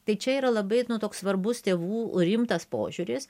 tai čia yra labai toks svarbus tėvų rimtas požiūris